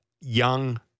young